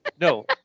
no